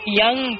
young